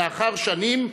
לאחר שנים,